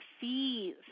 fees